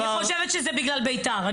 אני חושבת שזה בגלל בית"ר.